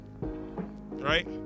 Right